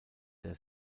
der